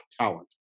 talent